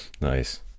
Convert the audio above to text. nice